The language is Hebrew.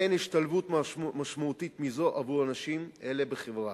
אין השתלבות משמעותית מזו עבור אנשים אלה בחברה.